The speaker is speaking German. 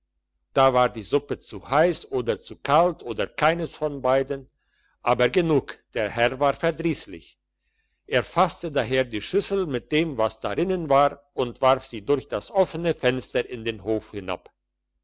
da war die suppe zu heiss oder zu kalt oder keines von beiden aber genug der herr war verdriesslich er fasste daher die schüssel mit dem was darinnen war und warf sie durch das offene fenster in den hof hinab